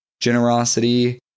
generosity